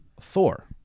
Thor